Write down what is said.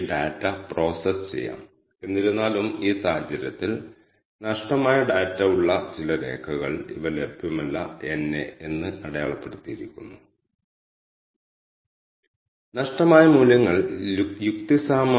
data വായിക്കേണ്ട ഫയലിന്റെ പേരാണ് ഫയൽ റോ നെയിമുകൾ റോ നെയിമുകളുടെ വെക്റ്ററുകളാണ്